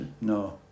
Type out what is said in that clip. No